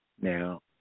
Now